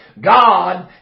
God